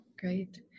Great